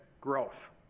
growth